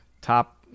top